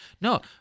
No